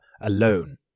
alone